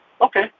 okay